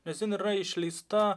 nes jin yra išleista